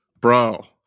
bro